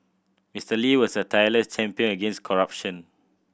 Mister Lee was a tireless champion against corruption